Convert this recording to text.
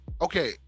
Okay